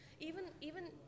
Even—even